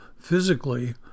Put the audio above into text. physically